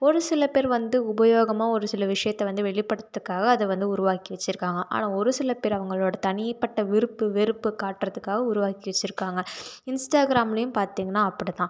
ஒரு சில பேர் வந்து உபயோகமாக ஒரு சில விஷயத்த வந்து வெளிப்படுத்துகிறதுக்காக அதை வந்து உருவாக்கி வச்சிருக்காங்க ஆனால் ஒரு சில பேர் அவங்களோட தனிப்பட்ட விருப்பு வெறுப்பு காட்டுறதுக்காக உருவாக்கி வச்சிருக்காங்க இன்ஸ்டாகிராம்லேயும் பார்த்தீங்கன்னா அப்படி தான்